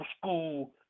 school